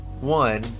One